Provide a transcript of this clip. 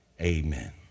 Amen